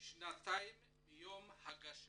שנתיים מיום הגשתו,